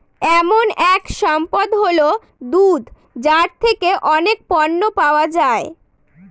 এমন এক সম্পদ হল দুধ যার থেকে অনেক পণ্য পাওয়া যায়